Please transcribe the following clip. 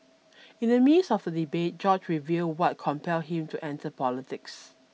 in the midst of the debate George revealed what compelled him to enter politics